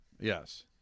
Yes